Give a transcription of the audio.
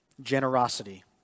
Generosity